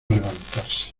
levantarse